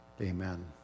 Amen